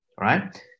right